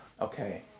Okay